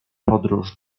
podróż